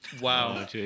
Wow